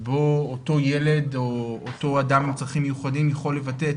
אותו ילד או אותו אדם עם צרכים מיוחדים יכול לבטא את